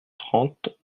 trente